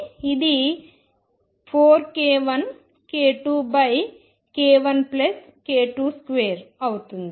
కాబట్టి ఇది 4k1k2 k1k22 అవుతుంది